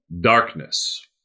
darkness